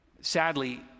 Sadly